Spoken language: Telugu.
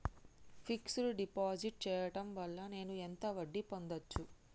ఫిక్స్ డ్ డిపాజిట్ చేయటం వల్ల నేను ఎంత వడ్డీ పొందచ్చు?